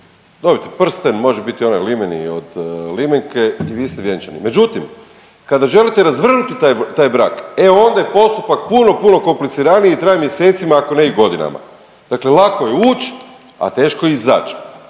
dobijete prsten može biti onaj limeni od limenke i vi ste vjenčani. Međutim, kada želite razvrgnuti taj brak e onda je postupak puno, puno kompliciraniji i traje mjesecima ako ne i godinama. Dakle, lako je uć, a teško izać.